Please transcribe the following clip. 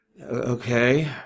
Okay